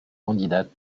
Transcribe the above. candidates